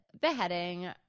beheading